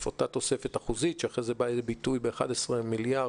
תוספת אחוזית שאחרי זה באה לביטוי ב-11 מיליארד,